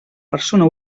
persona